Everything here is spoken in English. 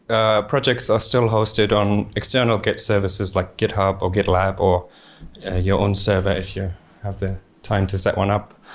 ah projects are still hosted on external git services, like github or gitlab or your own server if you have the time to set one up,